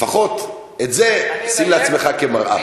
לפחות את זה שים לעצמך כמראה.